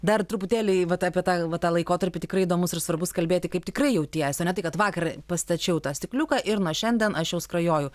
dar truputėlį vat apie tą va tą laikotarpį tikrai įdomus ir svarbus kalbėti kaip tikrai jautiesi o ne tai kad vakar pastačiau tą stikliuką ir nuo šiandien aš jau skrajoju